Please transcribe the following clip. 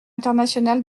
international